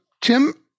Tim